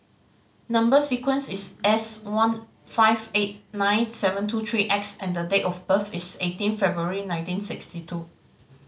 number sequence is S one five eight nine seven two three X and date of birth is eighteen February nineteen sixty two